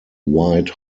wide